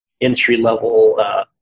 entry-level